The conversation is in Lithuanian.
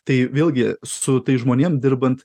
tai vėlgi su tais žmonėm dirbant